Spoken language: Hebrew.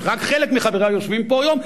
שרק חלק מחבריה יושבים פה היום,